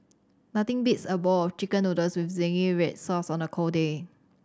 nothing beats a bowl of Chicken Noodles with zingy red sauce on a cold day